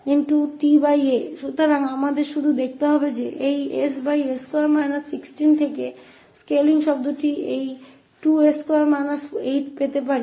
तो हमे सिर्फ यह देखने के लिए कि इस ss2 16 की स्केलिंग अवधि क्या है इस 2s2 8 पाने के लिए